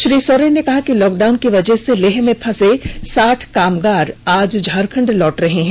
श्री सोरेन ने कहा कि लॉकडाउन की वजह से लेह में फंसे साठ कामगार आज झारखंड लौट रहे हैं